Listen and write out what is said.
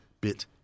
bit